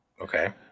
Okay